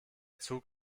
zug